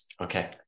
Okay